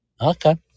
Okay